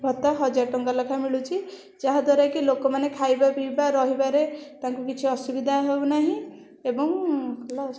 ଭତ୍ତା ହଜାର ଟଙ୍କା ଲେଖା ମିଳୁଛି ଯାହା ଦ୍ୱାରାକି ଲୋକମାନେ ଖାଇବା ପିଇବା ରହିବାରେ ତାଙ୍କୁ କିଛି ଅସୁବିଧା ହେଉନାହିଁ ଏବଂ ହେଲା ଆଉ